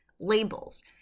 labels